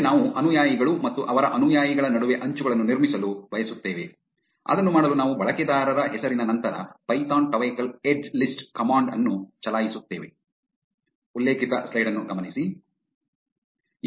ಮುಂದೆ ನಾವು ಅನುಯಾಯಿಗಳು ಮತ್ತು ಅವರ ಅನುಯಾಯಿಗಳ ನಡುವೆ ಅಂಚುಗಳನ್ನು ನಿರ್ಮಿಸಲು ಬಯಸುತ್ತೇವೆ ಅದನ್ನು ಮಾಡಲು ನಾವು ಬಳಕೆದಾರರ ಹೆಸರಿನ ನಂತರ ಪೈಥಾನ್ ಟವೆಕಲ್ ಎಡ್ಜ್ಲಿಸ್ಟ್ ಕಮಾಂಡ್ ಅನ್ನು ಚಲಾಯಿಸುತ್ತೇವೆ